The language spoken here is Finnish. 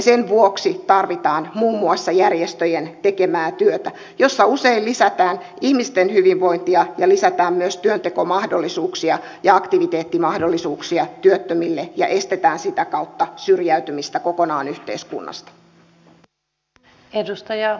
sen vuoksi tarvitaan muun muassa järjestöjen tekemää työtä jossa usein lisätään ihmisten hyvinvointia ja lisätään myös työnteko ja aktiviteettimahdollisuuksia työttömille ja estetään sitä kautta syrjäytymistä kokonaan yhteiskunnasta